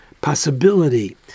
possibility